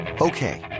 Okay